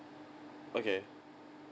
okay